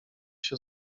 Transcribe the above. się